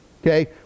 Okay